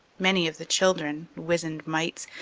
many of the children, wizened mites,